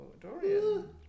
Dorian